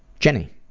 jenny.